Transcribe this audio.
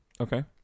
Okay